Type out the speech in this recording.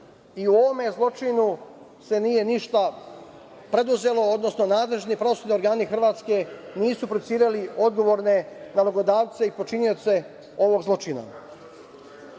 i o ovome zločinu se nije ništa preduzelo, odnosno nadležni pravosudni organi Hrvatske nisu procesuirali odgovorne nalogodavce i počinioce ovog zločina. Paulin